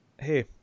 Hey